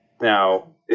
Now